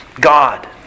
God